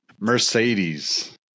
Mercedes